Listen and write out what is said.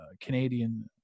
Canadian